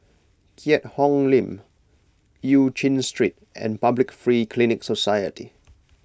Keat Hong Link Eu Chin Street and Public Free Clinic Society